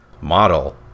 model